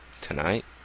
Tonight